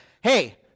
hey